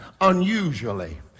unusually